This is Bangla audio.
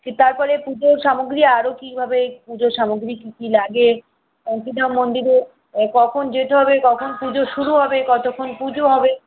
তারপরে পুজোর সামগ্রী আরো কীভাবে পুজোর সামগ্রী কি কি লাগে কান্তিধাম মন্দিরে কখন যেতে হবে কখন পুজো শুরু হবে কতক্ষণ পুজো হবে